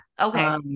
okay